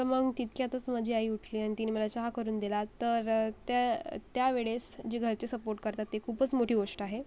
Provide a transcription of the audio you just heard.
तर मग तितक्यातच माझी आई उठली आणि तिने मला चहा करून दिला तर त्या त्यावेळेस जे घरचे सपोर्ट करतात ती खूपच मोठी गोष्ट आहे